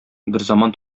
берзаман